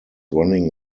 running